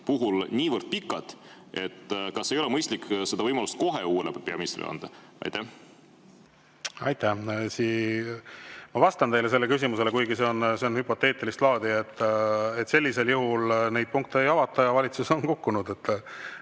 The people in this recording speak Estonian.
puhul niivõrd pikad, et kas ei ole mõistlik seda võimalust kohe uuele peaministrile anda? Aitäh! Ma vastan sellele küsimusele, kuigi see on hüpoteetilist laadi, et sellisel juhul neid punkte ei avata ja valitsus on kukkunud.